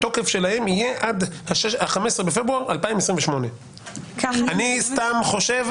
התוקף שלהם יהיה עד 15 בפברואר 2028. אני סתם חושב,